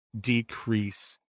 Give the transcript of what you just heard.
decrease